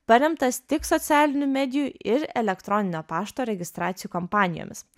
paremtas tik socialinių medijų ir elektroninio pašto registracijų kompanijomis